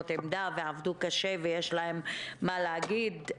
ברמה של משרד הבריאות --- קצת את הציבור,